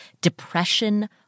depression